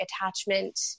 attachment